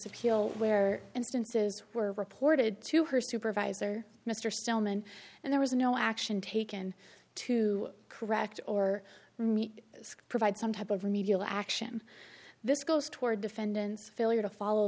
a kill where instances were reported to her supervisor mr stillman and there was no action taken to correct or provide some type of remedial action this goes toward defendants failure to follow